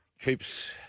keeps